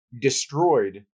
destroyed